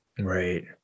right